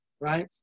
Right